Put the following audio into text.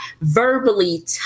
verbally